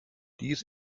dies